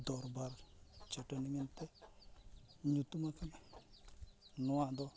ᱫᱚᱨᱵᱟᱨ ᱪᱟᱹᱴᱟᱹᱱᱤ ᱢᱮᱱᱛᱮ ᱧᱩᱛᱩᱢ ᱟᱠᱟᱱᱟ ᱱᱚᱣᱟ ᱫᱚ